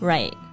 Right